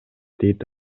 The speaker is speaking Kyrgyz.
дейт